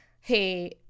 hey